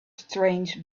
strange